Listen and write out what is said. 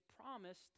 promised